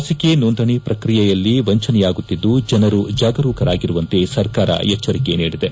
ಲಸಿಕೆ ನೋಂದಣೆ ಪ್ರಕ್ರಿಯೆಯಲ್ಲಿ ದಂಚನೆಯಾಗುತ್ತಿದ್ದು ಜನರು ಜಾಗರೂಕರಾಗಿರುವಂತೆ ಸರ್ಕಾರ ಎಚ್ಠರಿಕೆ ನೀಡಿದೆ